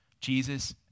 Jesus